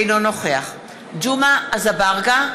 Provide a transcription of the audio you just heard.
אינו נוכח ג'מעה אזברגה,